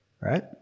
right